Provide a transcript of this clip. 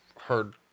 heard